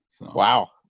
wow